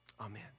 Amen